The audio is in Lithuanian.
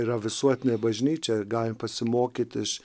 yra visuotinė bažnyčia galim pasimokyt iš